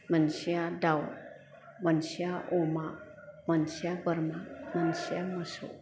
मोनसेया दाव मोनसेया अमा मोनसेया बोरमा मोनसेया मोसौ